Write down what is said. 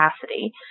capacity